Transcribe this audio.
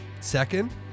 Second